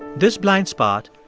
this blind spot,